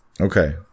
Okay